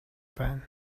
байна